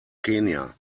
kenia